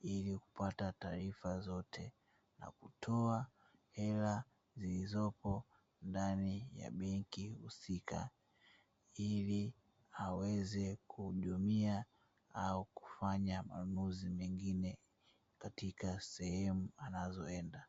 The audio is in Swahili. ili kupata taarifa zote na kutoa hela zilizopo ndani ya benki husika, ili aweze kuhudumia au kufanya manunuzi mengine katika sehemu anazoenda.